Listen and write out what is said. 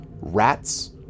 rats